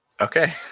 Okay